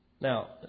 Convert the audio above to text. Now